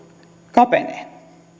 kapenee